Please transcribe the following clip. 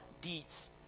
deeds